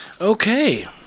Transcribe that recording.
Okay